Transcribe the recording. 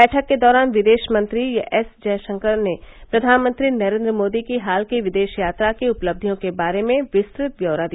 बैठक के दौरान विदेशमंत्री एस जयशंकर ने प्रधानमंत्री नरेन्द्र मोदी की हाल की विदेश यात्रा की उपलब्धियों के बारे में विस्तृत ब्यौरा दिया